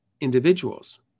individuals